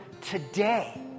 today